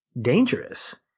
dangerous